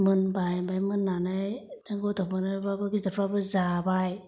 मोनबाय ओमफ्राय मोननानै गथफोरनोबाबो गिदिरफोरनोबो जाबाय